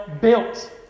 built